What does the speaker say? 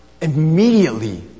Immediately